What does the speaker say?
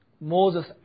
Moses